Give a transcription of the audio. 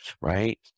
Right